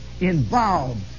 involved